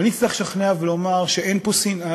ואני אצטרך לשכנע ולומר שאין פה שנאה,